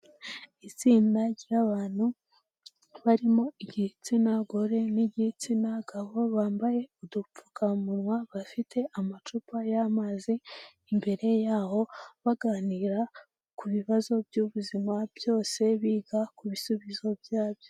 Itsinda ry'abantu barimo igitsina gore n'igitsina gabo bambaye udupfukamunwa bafite amacupa y'amazi, imbere yabo baganira ku bibazo by'ubuzima byose biga ku bisubizo byabyo.